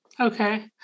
Okay